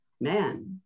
man